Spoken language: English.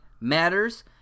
matters